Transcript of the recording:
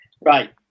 Right